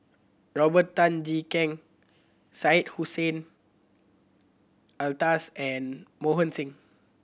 Robert Tan Jee Keng Syed Hussein Alatas and Mohan Singh